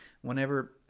Whenever